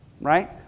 right